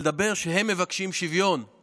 ומכוון את